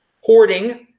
hoarding